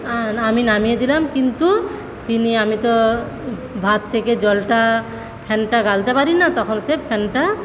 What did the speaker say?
আমি নামিয়ে দিলাম কিন্তু তিনি আমি তো ভাত থেকে জলটা ফ্যানটা গালতে পারি না তখন সে ফ্যানটা